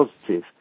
positive